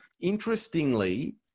interestingly